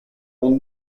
will